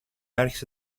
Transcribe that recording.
άρχισε